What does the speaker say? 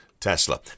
Tesla